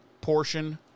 portion